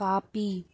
coffee